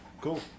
cool